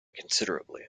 considerably